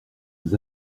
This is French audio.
nous